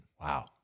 wow